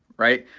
right?